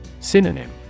Synonym